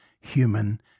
human